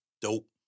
Dope